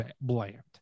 bland